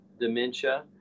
dementia